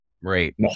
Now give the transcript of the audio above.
right